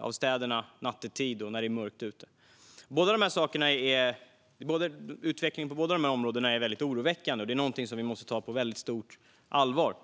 av staden nattetid och när det är mörkt ute. Utvecklingen på båda dessa områden är väldigt oroväckande och någonting som vi måste ta på mycket stort allvar.